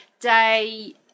day